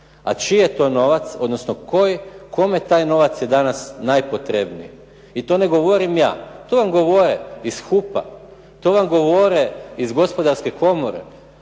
A čiji je to novac, odnosno kome taj novac je danas najpotrebniji? I to ne govorim ja, to vam govore iz HUP-a, to vam govore iz Gospodarske komore.